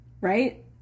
right